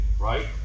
right